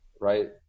right